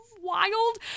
wild